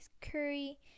curry